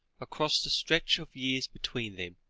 across the stretch of years between them,